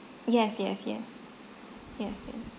yes yes yes yes yes